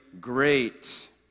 great